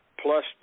plus